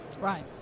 Right